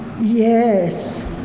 Yes